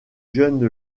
jeune